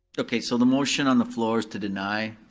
okay, so the motion on the floor is to deny.